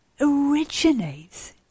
originates